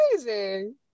amazing